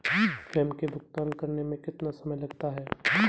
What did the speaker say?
स्वयं के लिए भुगतान करने में कितना समय लगता है?